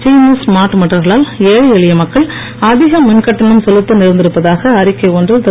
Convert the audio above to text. சீன ஸ்மார்ட் மீட்டர்களால் ஏழை எளிய மக்கள் அதிக மின்கட்டணம் செலுத்த நேர்ந்திருப்பதாக அறிக்கை ஒன்றில் திரு